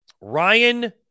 Ryan